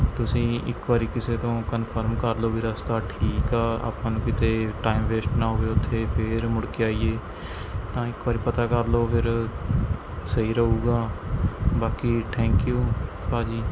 ਤੁਸੀਂ ਇੱਕ ਵਾਰੀ ਕਿਸੇ ਤੋਂ ਕਨਫਰਮ ਕਰ ਲਓ ਵੀ ਰਸਤਾ ਠੀਕ ਆ ਆਪਾਂ ਨੂੰ ਕਿਤੇ ਟਾਈਮ ਵੇਸਟ ਨਾ ਹੋਵੇ ਉੱਥੇ ਫਿਰ ਮੁੜ ਕੇ ਆਈਏ ਤਾਂ ਇੱਕ ਵਾਰੀ ਪਤਾ ਕਰ ਲਓ ਫਿਰ ਸਹੀ ਰਹੇਗਾ ਬਾਕੀ ਥੈਂਕ ਯੂ ਭਾਜੀ